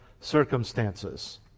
circumstances